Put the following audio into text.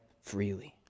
freely